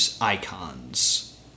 icons